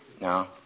No